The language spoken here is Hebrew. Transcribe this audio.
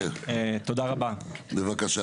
בבקשה.